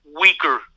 weaker